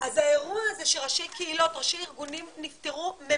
אז האירוע הזה שראשי קהילות, ראשי ארגונים נפטרו,